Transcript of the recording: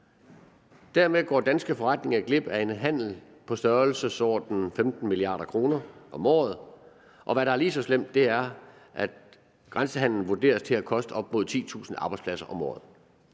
Dermed går danske forretninger glip af en handel af størrelsesordenen 15 mia. kr. om året. Hvad der er lige så slemt, er, at grænsehandelen vurderes til at koste op mod 10.000 arbejdspladser om året.